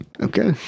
Okay